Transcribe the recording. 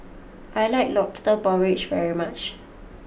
I like Lobster Porridge very much